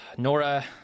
Nora